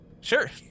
Sure